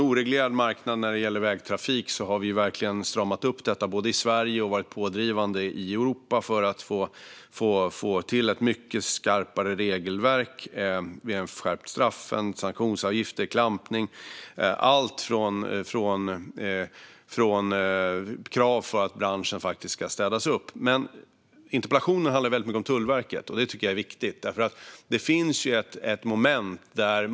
Vi har även drivit på i Europa för att få ett mycket skarpare regelverk för den oreglerade marknaden för vägtrafik med skärpta straff, sanktionsavgifter och klampning - allt för att ställa krav på att branschen ska städas upp. Interpellationen handlar mycket om det viktiga Tullverket.